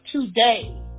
today